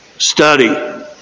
Study